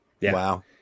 Wow